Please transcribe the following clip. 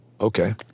okay